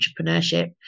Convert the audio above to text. entrepreneurship